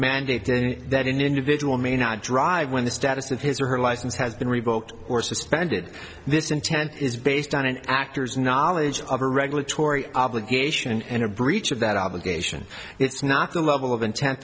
mandate that an individual may not drive when the status of his or her license has been revoked or suspended this intent is based on an actor's knowledge of a regulatory obligation and a breach of that obligation it's not the level of intent